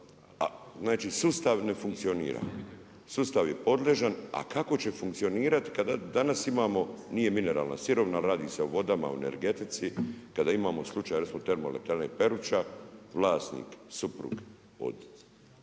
znači sustav ne funkcionira, sustav je podležan. A kako će funkcionirati kada danas imamo, nije mineralna sirovina, ali radi se o vodama, o energetici, kada imamo slučaj recimo termoelektrane Peruča vlasnik suprug od